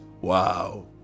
wow